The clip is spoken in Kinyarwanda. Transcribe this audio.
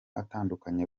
atandukanye